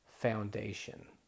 foundation